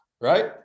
Right